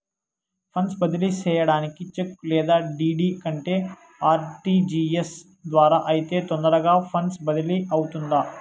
funds బదిలీ సేయడానికి cheque లేదా డీ.డీ కంటే ఆర్.టి.జి.ఎస్ ద్వారా అయితే తొందరగా ఫండ్స్ బదిలీ అవుతుందా